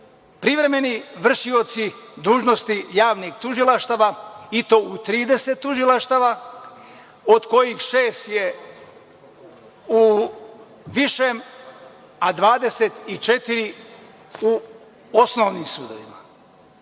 privremeni vršioci dužnosti javnih tužilaštava i to u 30 tužilaštava, od kojih šest je u višem, a 24 u osnovnim sudovima? Zašto